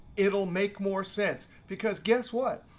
it'll make more sense because guess what.